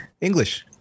English